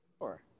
Sure